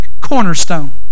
cornerstone